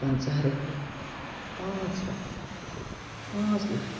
پَنٛژاہ رۅپیہِ پانٛژھ ہَتھ پانٛژھ لَچھ